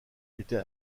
était